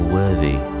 worthy